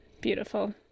Beautiful